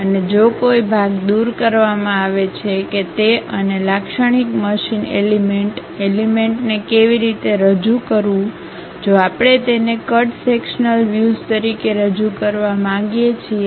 અને જો કોઈ ભાગ દૂર કરવામાં આવે છે કે તે અને લાક્ષણિક મશીન એલિમેન્ટએલિમેન્ટને કેવી રીતે રજૂ કરવું જો આપણે તેને કટ સેક્શન્લ વ્યુઝ તરીકે રજૂ કરવા માંગીએ છીએ